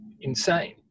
insane